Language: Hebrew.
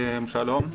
שלום.